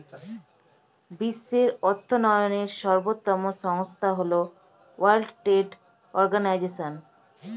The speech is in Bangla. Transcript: বিশ্বের অর্থায়নের সর্বোত্তম সংস্থা হল ওয়ার্ল্ড ট্রেড অর্গানাইজশন